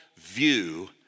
view